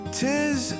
tis